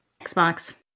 Xbox